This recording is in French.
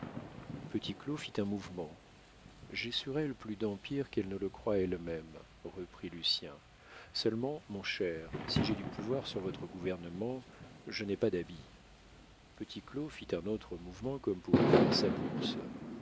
châtelet petit claud fit un mouvement j'ai sur elle plus d'empire qu'elle ne le croit elle-même reprit lucien seulement mon cher si j'ai du pouvoir sur votre gouvernement je n'ai pas d'habits petit claud fit un autre mouvement comme pour offrir sa bourse